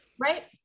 Right